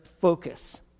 focus